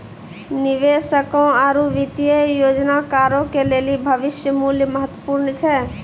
निवेशकों आरु वित्तीय योजनाकारो के लेली भविष्य मुल्य महत्वपूर्ण छै